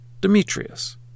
Demetrius